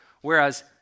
Whereas